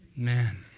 man,